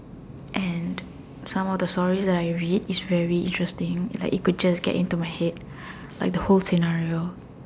and some more the story that I read is very interesting like it could just get into my head like the whole scenario